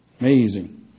Amazing